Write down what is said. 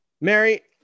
Mary